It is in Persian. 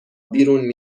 بیرون